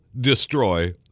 destroy